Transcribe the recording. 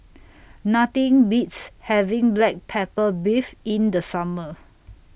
Nothing Beats having Black Pepper Beef in The Summer